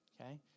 okay